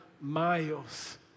miles